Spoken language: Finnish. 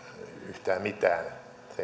yhtään mitään se